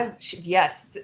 Yes